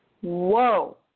Whoa